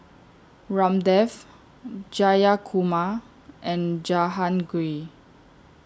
Ramdev Jayakumar and Jehangirr